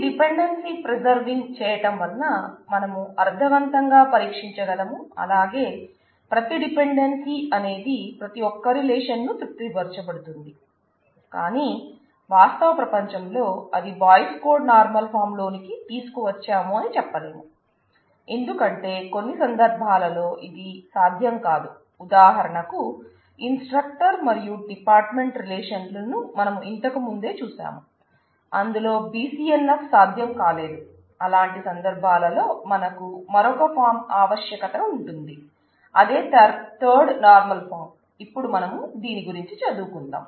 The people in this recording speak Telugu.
ఈ డిపెండెన్సీ ప్రిసర్వింగ్ ఇప్పుడు మనం దీని గురించి చదువుకుందాం